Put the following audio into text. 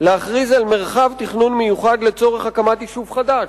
להכריז על מרחב תכנון מיוחד לצורך הקמת יישוב חדש